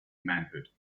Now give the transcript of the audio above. manhood